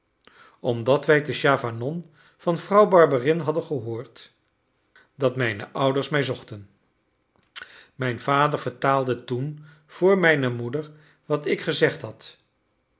omdat wij te chavanon van vrouw barberin hadden gehoord dat mijne ouders mij zochten mijn vader vertaalde toen voor mijne moeder wat ik gezegd had